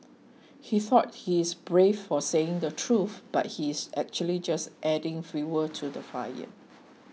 he thought he's brave for saying the truth but he's actually just adding fuel to the fire